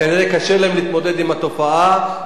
קשה להן להתמודד עם התופעה,